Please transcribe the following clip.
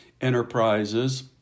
enterprises